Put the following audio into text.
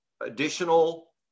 additional